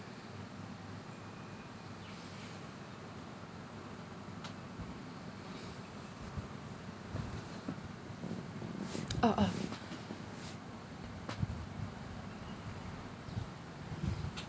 oh oh